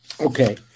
Okay